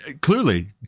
clearly